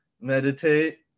meditate